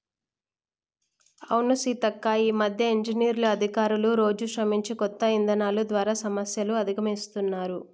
అవును సీతక్క ఈ మధ్య ఇంజనీర్లు అధికారులు రోజు శ్రమించి కొత్త ఇధానాలు ద్వారా సమస్యలు అధిగమిస్తున్నారు